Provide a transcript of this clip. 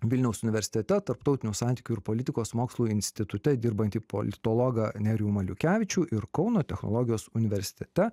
vilniaus universitete tarptautinių santykių ir politikos mokslų institute dirbantį politologą nerijų maliukevičių ir kauno technologijos universitete